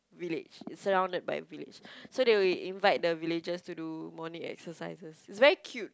village it's surrounded by a village so they will invite the villagers to do morning exercises it's very cute